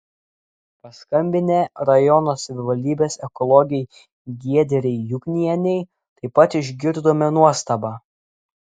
paskambinę rajono savivaldybės ekologei giedrei juknienei taip pat išgirdome nuostabą